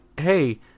Hey